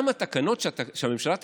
גם התקנות שהממשלה תתקן,